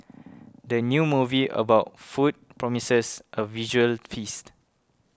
the new movie about food promises a visual feast